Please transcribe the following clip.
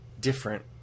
different